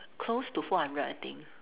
close to four hundred I think